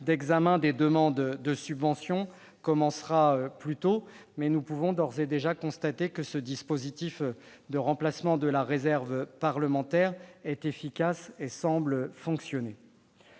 d'examen des demandes de subventions commencera plus tôt. Mais nous pouvons d'ores et déjà constater que ce dispositif de remplacement de la réserve parlementaire semble fonctionner